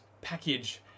package